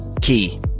key